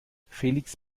felix